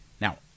Now